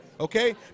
Okay